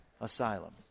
asylum